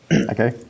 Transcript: Okay